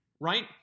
right